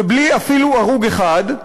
ובלי אפילו הרוג אחד,